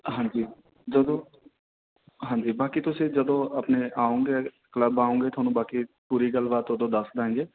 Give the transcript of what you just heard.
ਹਾਂਜੀ ਜਦੋਂ ਹਾਂਜੀ ਬਾਕੀ ਤੁਸੀਂ ਜਦੋਂ ਆਪਣੇ ਆਓਂਗੇ ਕਲੱਬ ਆਓਂਗੇ ਤੁਹਾਨੂੰ ਬਾਕੀ ਪੂਰੀ ਗੱਲਬਾਤ ਉਦੋਂ ਦੱਸ ਦਿਆਂਗੇ